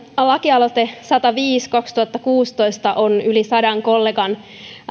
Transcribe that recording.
lakialoite sataviisi kautta kaksituhattakuusitoista on yli sadan kollegan